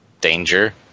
danger